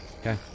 Okay